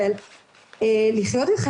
בהיגיון זה צריך להיות הפוך.